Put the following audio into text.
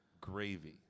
gravy